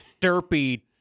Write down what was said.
derpy